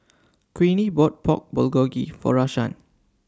Queenie bought Pork Bulgogi For Rashaan